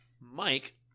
Mike